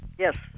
Yes